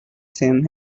same